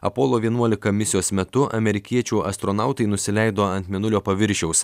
apolo vienuolika misijos metu amerikiečių astronautai nusileido ant mėnulio paviršiaus